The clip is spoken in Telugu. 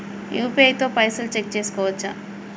యూ.పీ.ఐ తో పైసల్ చెక్ చేసుకోవచ్చా?